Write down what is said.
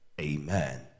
Amen